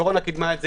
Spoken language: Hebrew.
הקורונה קידמה את זה.